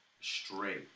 straight